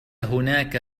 هناك